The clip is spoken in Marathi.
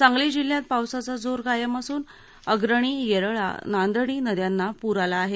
सांगली जिल्ह्यात पावसाचा जोर कायम असून अग्रणी येरळा नांदणी नदयांना पूर आला आहे